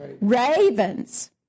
ravens